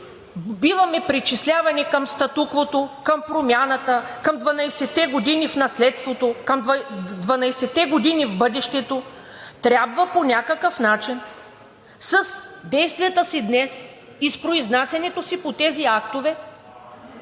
биваме причислявани към статуквото, към промяната, към 12-те години в наследството, към 12-те години в бъдещето, трябва по някакъв начин с действията си днес и с произнасянето си по тези актове